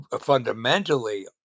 Fundamentally